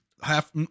half